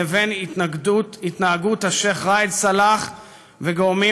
לבין התנהגות השיח' ראאד סלאח וגורמים